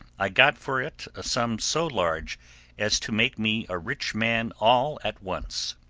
i got for it a sum so large as to make me a rich man all at once.